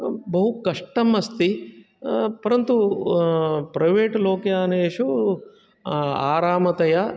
बहु कष्टम् अस्ति परन्तु प्रैवेट् लोकयानेषु आरामतया